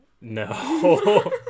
no